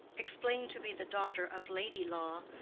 explained to be the daughter of lady lawe,